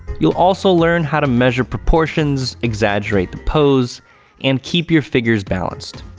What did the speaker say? you'll also learn how to measure proportions, exaggerate the pose and keep your figures balanced.